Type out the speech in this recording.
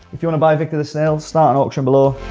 if you wanna buy viktor, the snail, start an auction below!